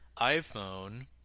iPhone